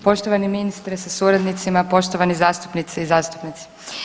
Poštovani ministre sa suradnicima, poštovani zastupnice i zastupnici.